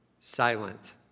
silent